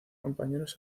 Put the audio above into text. compañeros